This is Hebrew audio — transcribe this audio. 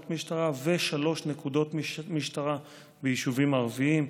משטרה ושלוש נקודות משטרה ביישובים הערביים: